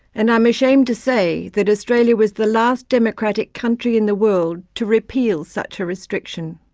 and i'm ashamed to say that australia was the last democratic country in the world to repeal such a restriction.